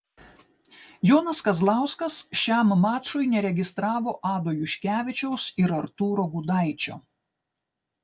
jonas kazlauskas šiam mačui neregistravo ado juškevičiaus ir artūro gudaičio